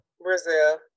Brazil